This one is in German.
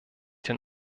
den